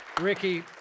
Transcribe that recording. Ricky